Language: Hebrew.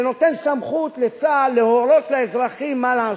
זה נותן סמכות לצה"ל להורות לאזרחים מה לעשות.